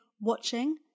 watching